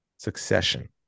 succession